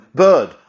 bird